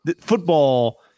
Football